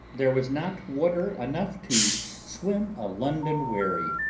there was not water enough to swim a london wherry.